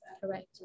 Correct